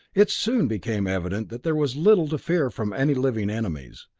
it soon became evident that there was little to fear from any living enemies,